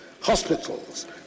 hospitals